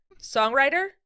Songwriter